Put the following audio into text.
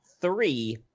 three